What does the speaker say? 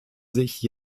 sich